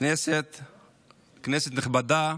כנסת נכבדה,